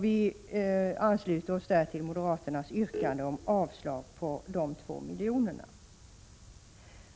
Vi ansluter oss där till moderaternas yrkande om avslag på de 2 miljonerna.